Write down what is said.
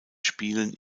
spielen